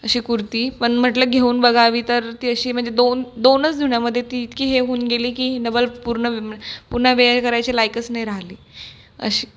अशी कुर्ती पण म्हटलं घेऊन बघावी तर ती अशी म्हणजे दोन दोनच धुण्यामध्ये ती इतकी हे होऊन गेली की नवल पूर्ण पुन्हा वेअर करायचे लायकच नाही राहिली अशी